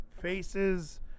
faces